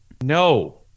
No